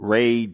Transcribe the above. Ray